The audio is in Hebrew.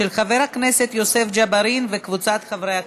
של חבר הכנסת יוסף ג'בארין וקבוצת חברי הכנסת.